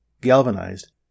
Galvanized